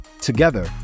together